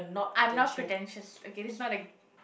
I'm not pretentious okay this is not a